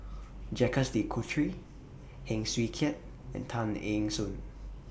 Jacques De Coutre Heng Swee Keat and Tay Eng Soon